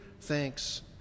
thanks